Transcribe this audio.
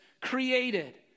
created